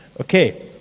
okay